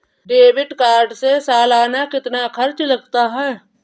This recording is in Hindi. डेबिट कार्ड में सालाना कितना खर्च लगता है?